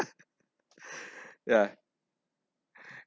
yeah